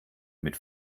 mit